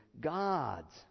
God's